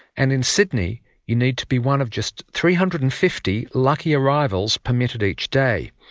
and in sydney you need to be one of just three hundred and fifty lucky arrivals permitted each day.